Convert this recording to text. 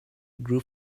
grow